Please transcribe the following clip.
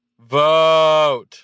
Vote